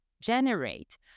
generate